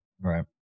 Right